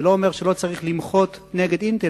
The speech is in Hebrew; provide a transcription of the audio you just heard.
זה לא אומר שלא צריך למחות נגד "אינטל".